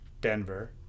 Denver